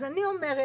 אז אני אומרת,